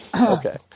Okay